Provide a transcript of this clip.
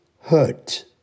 hurt